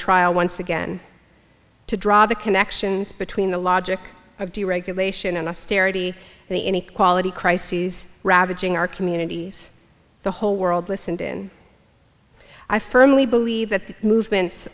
trial once again to draw the connections between the logic of deregulation and austerity and the inequality crises ravaging our communities the whole world listened in i firmly believe that movements